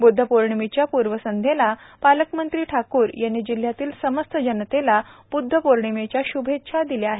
बुदधपौर्णिमेच्या पुर्वसंध्येला पालकमंत्री ठाकूर यांनी जिल्ह्यातील समस्त जनतेला ब्द्धपौर्णिमेच्या श्भेच्छा दिल्या आहेत